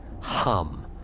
hum